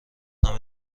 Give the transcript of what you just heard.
همه